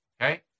Okay